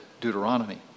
Deuteronomy